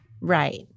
Right